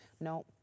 no